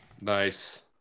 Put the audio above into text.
nice